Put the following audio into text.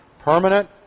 Permanent